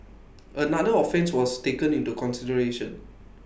another offence was taken into consideration